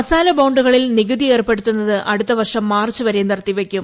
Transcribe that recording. മസാല ബോണ്ടുകളിൽ നികുതി ഏർപ്പെടുത്തുന്നത് അടുത്തവർഷം മാർച്ച് വരെ നിർത്തിവയ്ക്കും